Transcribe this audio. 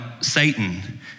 Satan